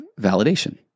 validation